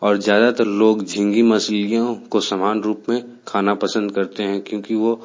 और ज़्यादातर लोग झींगे मछलियों को समान रूप में खाना पसंद करते हैं क्योंकि वो